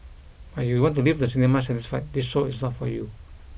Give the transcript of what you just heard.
but if you want to leave the cinema satisfied this show is not for you